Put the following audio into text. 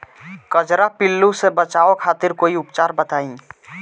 कजरा पिल्लू से बचाव खातिर कोई उपचार बताई?